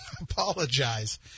apologize